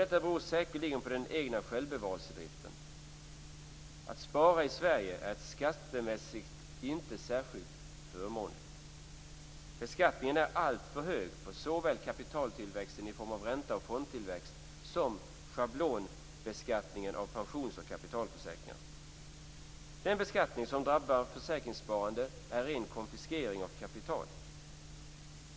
Detta beror säkerligen på den egna självbevarelsedriften. Att spara i Sverige är skattemässigt inte särskilt förmånligt. Beskattningen är alltför hög. Det gäller såväl skatten på kapitaltillväxten i form av ränta och fondtillväxt som schablonbeskattningen av pensions och kapitalförsäkringar. Den beskattning som drabbar försäkringssparande är ren konfiskering av kapital.